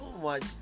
watch